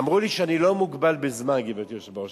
אמרו לי שאני לא מוגבל בזמן, גברתי היושבת-ראש.